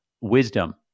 wisdom